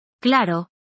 Claro